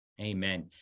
Amen